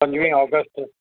पंजवीह ऑगस्त